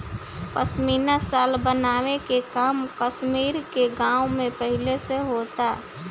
पश्मीना शाल बनावे के काम कश्मीर के गाँव में पहिले से होता